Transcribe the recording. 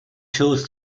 tools